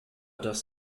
das